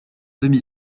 demi